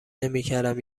نمیکردم